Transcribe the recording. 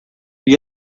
gli